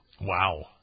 Wow